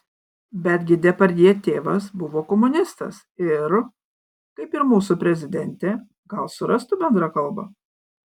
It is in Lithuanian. bet gi depardjė tėvas buvo komunistas ir kaip ir mūsų prezidentė gal surastų bendrą kalbą